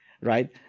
right